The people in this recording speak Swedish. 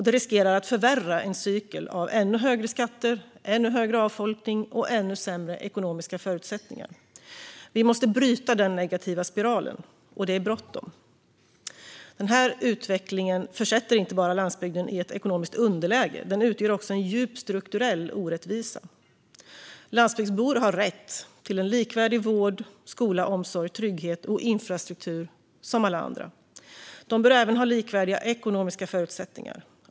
Det riskerar att förvärra en cykel av ännu högre skatter, ännu större avfolkning och ännu sämre ekonomiska förutsättningar. Vi måste bryta den negativa spiralen, och det är bråttom. Den här utvecklingen försätter inte bara landsbygden i ett ekonomiskt underläge, utan den utgör också en djup strukturell orättvisa. Landsbygdsbor har rätt till likvärdig vård, skola, omsorg, trygghet och infrastruktur som alla andra. De bör även ha likvärdiga ekonomiska förutsättningar.